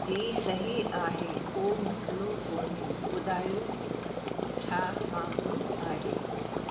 जी सही आहे को मसइलो कोन्हे ॿुधायो छा मामिलो आहे